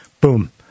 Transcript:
Boom